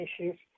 issues